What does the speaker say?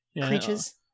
creatures